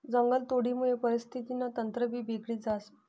जंगलतोडमुये परिस्थितीनं तंत्रभी बिगडी जास